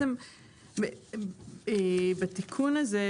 בתיקון הזה,